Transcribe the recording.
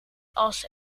als